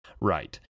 Right